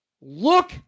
Look